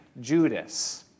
Judas